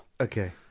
Okay